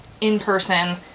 in-person